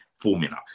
formula